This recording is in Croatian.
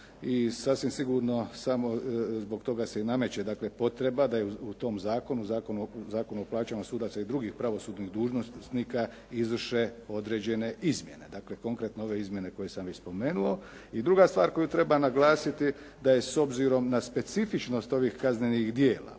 I sasvim sigurno i zbog toga se nameće dakle potreba da u tom zakonu, Zakonu o plaćama sudaca i drugih pravosudnih dužnosnika izvrše određene izmjene, dakle konkretno ove izmjene koje sam već spomenuo. I druga stvar koju treba naglasiti da je s obzirom na specifičnost ovih kaznenih djela,